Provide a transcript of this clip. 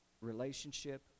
relationship